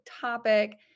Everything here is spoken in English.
topic